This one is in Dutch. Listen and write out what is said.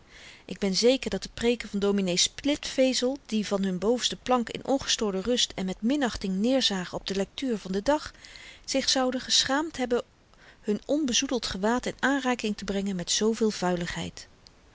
ik ben zeker dat de preeken van dominee splitvezel die van hun bovenste plank in ongestoorde rust en met minachting neerzagen op de lektuur van den dag zich zouden geschaamd hebben hun onbezoedeld gewaad in aanraking te brengen met zooveel vuiligheid